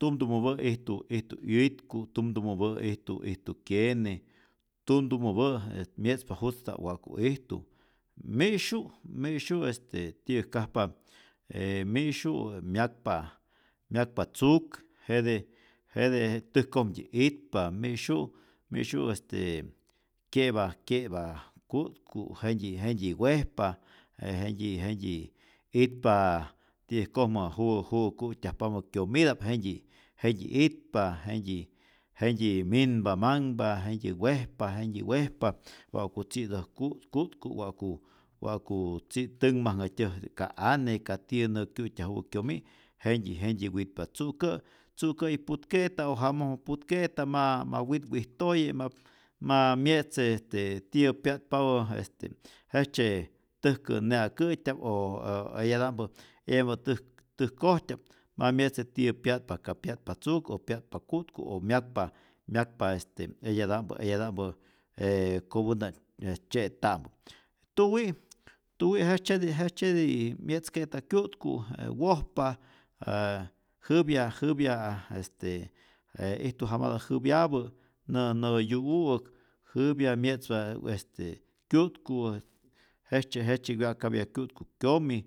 tumtumäpä' ijtu ijtu 'yitku, tumtumäpa' ijtu ijtu kyene, tumtumäpä' mye'tzpa jutzta'p wa'ku ijtu, mi'syu' mi'syu' este ti'yäjkajpa, e mi'syu' myakpa tzuk, jete jete täjkojmtyi itpa, mi'syu' mi'syu' este kye'pa kye'pa ku'tku, jentyi jentyi wejpa, je jentyi jentyi itpa ti'yäjkojmä ju juwä ku'tyajpamä kyomita'p, jentyi itpa, jentyi jentyi minpa manhpa, jentyi wejpa, jentyi wejpa wa'ku tzi'täj ku' ku'tku', wa'ku wa'ku tzi' tänhmajnhatyäjä ka ane, ka tiyä nä kyu'tyajupä kyomi', jentyi jentyi witpa, tzu'kä' tzu'kä'yi putke'ta o jamojmä putke'ta ma ma witwijtoye ma ma mye'tze este tiyä pya'tapä este jejtzye täjkä ne'akä'tya'p o o eyata'mpä eyapä täjkojtya'p ma mye'tze tiyä pya'tpa, ka pya'tpa tzuk o pya'tpa ku'tku' o myakpa myakpa este eyata'mpä eyata'mpä ee kopänta'p tzye'ta'mpä, tuwi' jejtzyeti jejtzyeti mye'tzke'ta kyu'tku', je wojpa, jä jäpya jäpya este je ijtu jamata'p jäpyapä nä nä yu'u'äk, jäpya mye'tzpa e este kyu'tku' jejtzye jejtzye wya'kapya kyu'tku kyomij